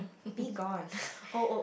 be gone